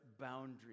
boundaries